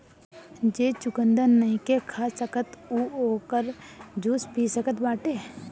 जे चुकंदर नईखे खा सकत उ ओकर जूस पी सकत बाटे